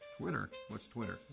twitter? what's twitter?